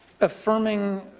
affirming